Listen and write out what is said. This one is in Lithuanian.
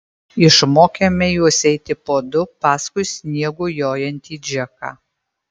išmokėme juos eiti po du paskui sniegu jojantį džeką